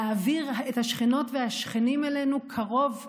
להעביר את השכנות והשכנים אלינו קרוב אלינו,